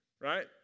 right